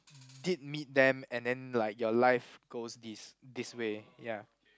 did meet them and then like your life goes this this way ya